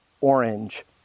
orange